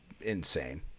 insane